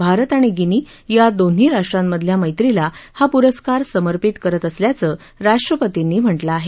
भारत आणि गिनी या दोन्ही राष्ट्रांमधल्या मैत्रीला हा पुरस्कार समर्पित करत असल्याचं राष्ट्रपतींनी म्हटलं आहे